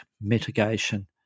mitigation